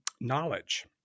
knowledge